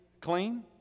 clean